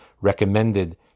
recommended